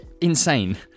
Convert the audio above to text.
insane